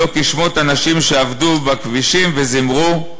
/ לא! כי שמות אנשים שעבדו בכבישים / וזימרו: